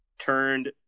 turned